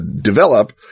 develop